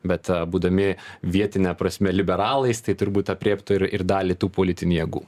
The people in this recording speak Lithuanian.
bet būdami vietine prasme liberalais tai turbūt aprėptų ir ir dalį tų politinių jėgų